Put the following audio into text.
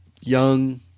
young